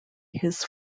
his